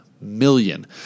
million